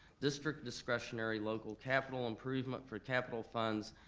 district discretionary local capital improvement for capital funds,